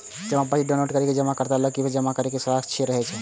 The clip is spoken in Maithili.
जमा पर्ची डॉउनलोड करै सं जमाकर्ता लग पैसा जमा करै के साक्ष्य रहै छै